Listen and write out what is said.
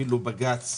אפילו בג"ץ,